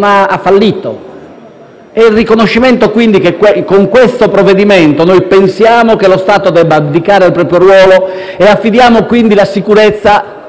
ha fallito: è il riconoscimento, quindi, che con questo provvedimento pensiamo che lo Stato debba abdicare al proprio ruolo e affidiamo quindi la sicurezza